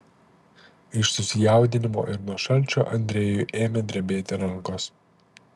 iš susijaudinimo ir nuo šalčio andrejui ėmė drebėti rankos